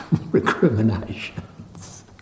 recriminations